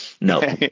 no